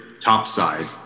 topside